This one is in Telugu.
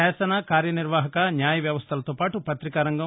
శాసన కార్యనిర్వాహక న్యాయవ్యవస్దలతో పాటు పత్రికా రంగం